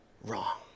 wrong